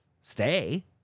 stay